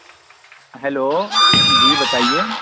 hello جی بتائیے